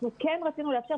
אנחנו כן רצינו לאפשר,